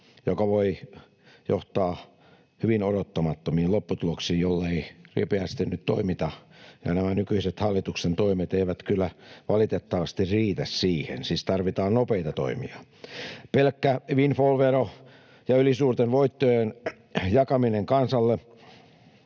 ja se voi johtaa hyvin odottamattomiin lopputuloksiin, jollei nyt ripeästi toimita. Nämä nykyiset hallituksen toimet eivät kyllä valitettavasti riitä siihen. Siis tarvitaan nopeita toimia. Pelkkä windfall-vero ja ylisuurten voittojen jakaminen kansalle